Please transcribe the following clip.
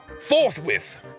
forthwith